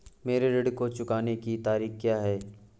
मेरे ऋण को चुकाने की तारीख़ क्या है?